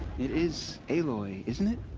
it is. aloy, isn't it?